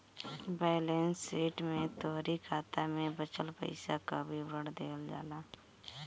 balance sheet में तोहरी खाता में बचल पईसा कअ विवरण देहल जाला